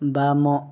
ବାମ